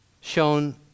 shown